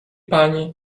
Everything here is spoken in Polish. pani